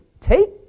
take